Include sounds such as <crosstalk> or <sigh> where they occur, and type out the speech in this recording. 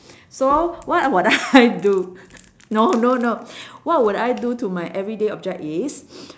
so what would I <laughs> do no no no what would I do to my everyday object is